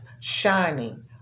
shining